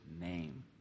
name